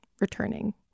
returning